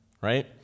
right